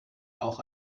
auch